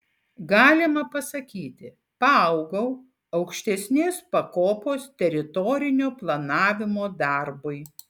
galima pasakyti paaugau aukštesnės pakopos teritorinio planavimo darbui